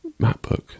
MacBook